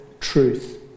truth